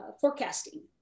forecasting